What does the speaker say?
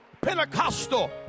Pentecostal